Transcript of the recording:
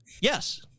Yes